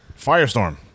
firestorm